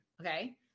Okay